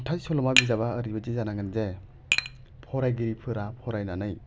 खन्थाइ सल'मा बिजाबा ओरैबायदि जानांगोन जे फरायगिरिफोरा फरायनानै